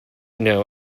know